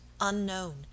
unknown